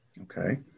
Okay